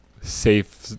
safe